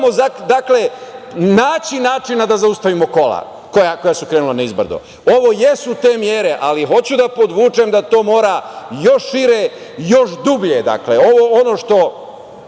se moramo načina da zaustavimo kola koja su krenula nizbrdo. Ovo jesu te mere, ali hoću da podvučem da to mora još šire i još dublje. Ono što